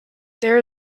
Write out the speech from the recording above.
there